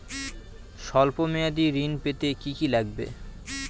সল্প মেয়াদী ঋণ পেতে কি কি লাগবে?